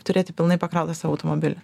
turėti pilnai pakrautą savo automobilį